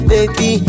Baby